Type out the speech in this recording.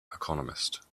economist